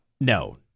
No